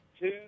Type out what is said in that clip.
Two